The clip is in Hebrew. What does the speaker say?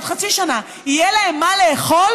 בעוד חצי שנה יהיה להם מה לאכול,